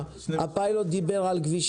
גם לגבי הסעיפים הקודמים שהצבעתם עליהם וגם לגבי